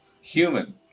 Human